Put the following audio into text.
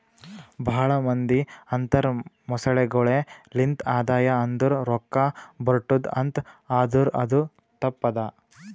ಭಾಳ ಮಂದಿ ಅಂತರ್ ಮೊಸಳೆಗೊಳೆ ಲಿಂತ್ ಆದಾಯ ಅಂದುರ್ ರೊಕ್ಕಾ ಬರ್ಟುದ್ ಅಂತ್ ಆದುರ್ ಅದು ತಪ್ಪ ಅದಾ